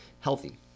healthy